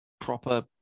proper